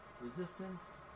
resistance